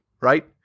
right